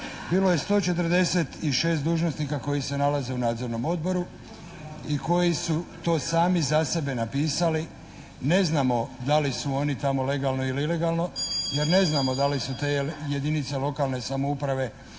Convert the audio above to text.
bilo je 146 dužnosnika koji se nalaze u nadzornom odboru i koji su to sami za sebe napisali. Ne znamo da li oni tamo legalno ili ilegalno jer ne znamo da li su te jedinice lokalne samouprave